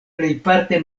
plejparte